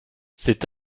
c’est